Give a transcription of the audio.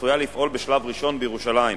הצפוי לפעול בשלב ראשון בירושלים.